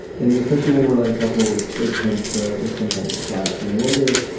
and especially when we're like couples, it tends to like sometimes clash. and i wonder,